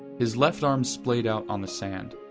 his left arm splayed out on the sand.